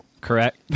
correct